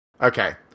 Okay